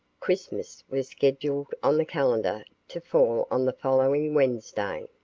christmas was scheduled on the calendar to fall on the following wednesday.